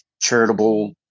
charitable